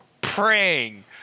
praying